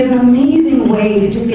amazing way